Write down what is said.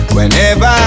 Whenever